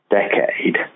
decade